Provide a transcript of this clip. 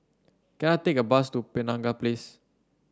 can I take a bus to Penaga Place